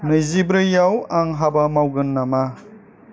नैजिब्रैआव आं हाबा मावगोन नामा